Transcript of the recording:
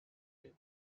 day